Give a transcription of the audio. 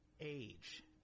age